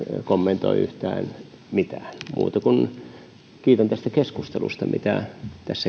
kommentoi yhtään mitään muuta kuin kiitän tästä keskustelusta mitä tässä